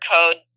Code